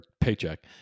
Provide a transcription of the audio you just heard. paycheck